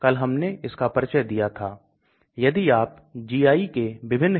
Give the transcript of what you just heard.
खराब घुलनशीलता के कारण खराब अवशोषण और खराब बायोअवेलेबिलिटी बड़ी समस्या है